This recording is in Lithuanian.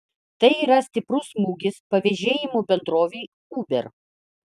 tai yra stiprus smūgis pavėžėjimo bendrovei uber